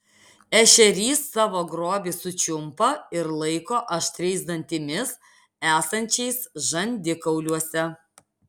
ešerys savo grobį sučiumpa ir laiko aštriais dantimis esančiais žandikauliuose